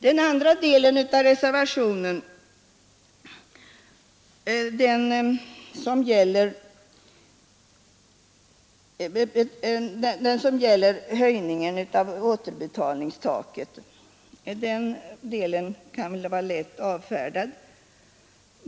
Den andra delen av reservationen — den som gäller höjningen av återbetalningstaket — kan vara lätt avfärdad.